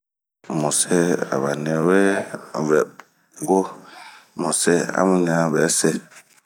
muse aba niwe ŋɛ uoo, muse amu ɲabɛ see.